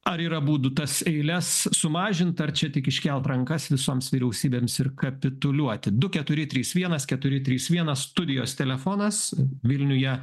ar yra būdų tas eiles sumažint ar čia tik iškelt rankas visoms vyriausybėms ir kapituliuoti du keturi trys vienas keturi trys vienas studijos telefonas vilniuje